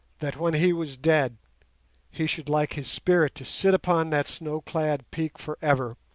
that when he was dead he should like his spirit to sit upon that snow-clad peak for ever,